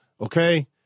Okay